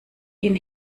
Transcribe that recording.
ihn